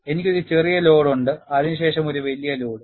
എനിക്ക് ഒരു ചെറിയ ലോഡ് ഉണ്ട് അതിനുശേഷം ഒരു വലിയ ലോഡ്